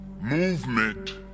movement